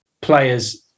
players